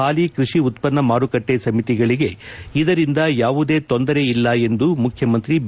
ಹಾಲಿ ಕೃಷಿ ಉತ್ತನ್ನ ಮಾರುಕಟ್ಟೆ ಸಮಿತಿಗಳಗೆ ಇದರಿಂದ ಯಾವುದೇ ತೊಂದರೆಯಿಲ್ಲ ಎಂದು ಮುಖ್ಚಮಂತ್ರಿ ಬಿ